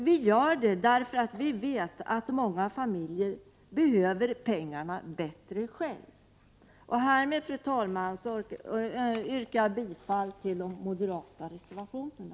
Det gör vi därför att vi vet att många familjer behöver pengarna bättre själva. Fru talman! Härmed yrkar jag bifall till de moderata reservationerna.